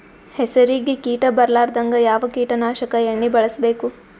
ಹೆಸರಿಗಿ ಕೀಟ ಬರಲಾರದಂಗ ಯಾವ ಕೀಟನಾಶಕ ಎಣ್ಣಿಬಳಸಬೇಕು?